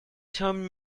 всем